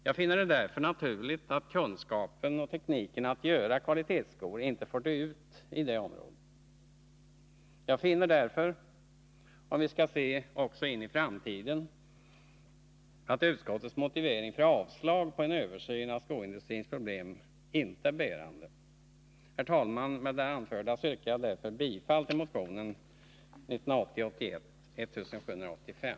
Det är därför naturligt att kunskapen och tekniken att göra kvalitetsskor inte får dö ut i det området. Jag finner således - om vi skall se också in i framtiden — att utskottets motivering för avslag på förslaget om en översyn av skoindustrins problem inte är bärande. Herr talman! Med det anförda yrkar jag bifall till motion 1980/81:1785.